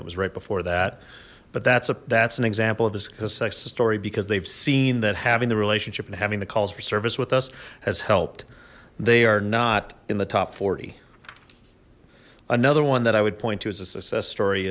it was right before that but that's a that's an example of the story because they've seen that having the relationship and having the calls for service with us has helped they are not in the top forty another one that i would point to as a success story